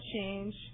change